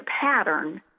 pattern